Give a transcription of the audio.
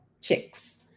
chicks